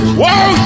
whoa